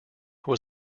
was